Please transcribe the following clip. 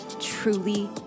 truly